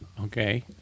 okay